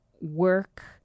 work